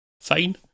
fine